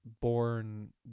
born